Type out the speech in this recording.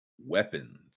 weapons